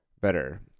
better